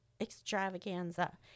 extravaganza